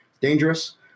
dangerous